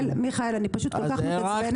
מיכאל, אני פשוט כל כך מתעצבנת.